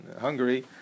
Hungary